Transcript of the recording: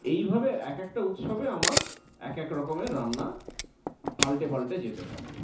এইভাবে এক একটা উৎসবে আমার এক এক রকমের রান্না পাল্টে পাল্টে যেতে থাকে